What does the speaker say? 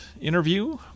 interview